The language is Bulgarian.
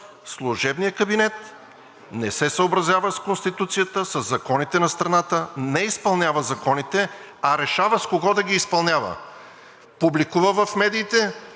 служебният кабинет не се съобразява с Конституцията, със законите на страната, не изпълнява законите, а решава с кого да ги изпълнява – публикува в медиите,